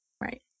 Right